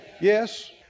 Yes